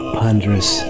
ponderous